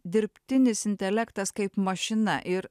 dirbtinis intelektas kaip mašina ir